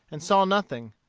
and saw nothing.